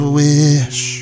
wish